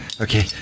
Okay